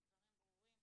הדברים ברורים.